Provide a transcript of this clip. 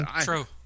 True